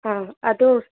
ആ അത്